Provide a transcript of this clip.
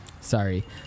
Sorry